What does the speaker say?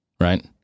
right